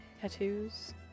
Tattoos